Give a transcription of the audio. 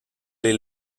les